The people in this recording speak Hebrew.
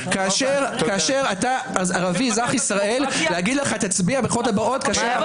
כאשר ערבי אזרח ישראל להגיד לך לכן